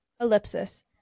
Ellipsis